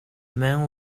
man